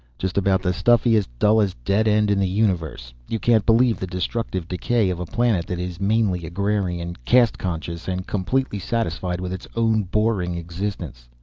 just about the stuffiest, dullest, dead-end in the universe. you can't believe the destructive decay of a planet that is mainly agrarian, caste-conscious and completely satisfied with its own boring existence.